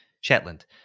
Shetland